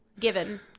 Given